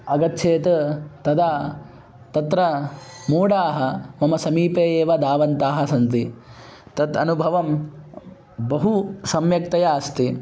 अगच्छेत् तदा तत्र मोडाः मम समीपे एव धावन्तः सन्ति तत् अनुभवः बहु सम्यक्तया अस्ति